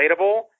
relatable